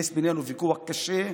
יש בינינו ויכוח קשה,